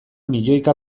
milioika